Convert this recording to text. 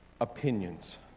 opinions